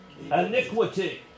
Iniquity